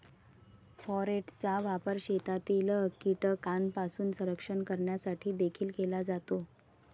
फोरेटचा वापर शेतातील कीटकांपासून संरक्षण करण्यासाठी देखील केला जातो